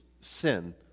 sin